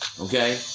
Okay